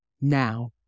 now